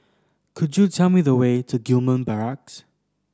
could you tell me the way to Gillman Barracks